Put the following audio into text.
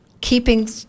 keeping